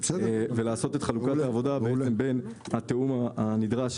ולעשות את חלוקת העבודה בין התיאום הנדרש